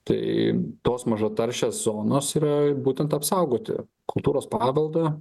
tai tos mažataršės zonos yra būtent apsaugoti kultūros paveldą